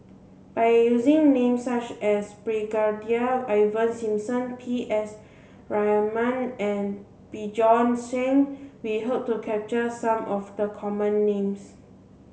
by using names such as Brigadier Ivan Simson P S Raman and Bjorn Shen we hope to capture some of the common names